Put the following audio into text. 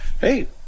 hey